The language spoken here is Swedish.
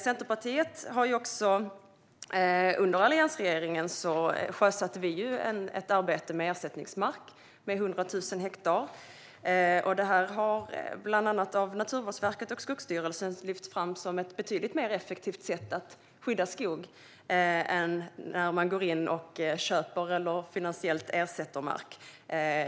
Centerpartiet sjösatte under alliansregeringens tid ett arbete med ersättningsmark som omfattade 100 000 hektar. Detta har av bland andra Naturvårdsverket och Skogsstyrelsen lyfts fram som ett betydligt mer effektivt sätt att skydda skog än när man går in och köper eller finansiellt ersätter mark.